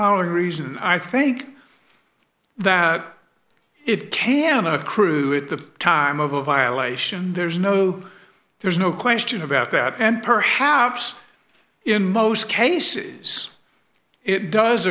our reason i think that it can accrue at the time of a violation there's no there's no question about that and perhaps in most cases it does